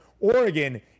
Oregon